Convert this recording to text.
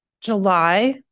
July